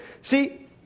see